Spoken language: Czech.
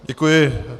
Děkuji.